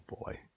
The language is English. boy